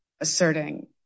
asserting